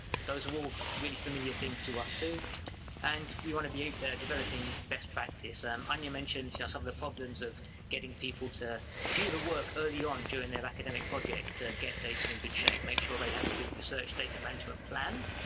those are all really familiar things to us too and we want to be a developing best practice um and you mentioned some of the problems of getting people to do the work early on during their academic projects to get data in good shape make sure they have a good research data management plan